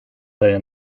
deiner